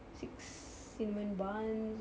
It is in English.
six cinnamon buns